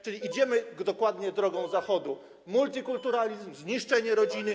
Czyli idziemy dokładnie drogą Zachodu: multikulturalizm, zniszczenie rodziny.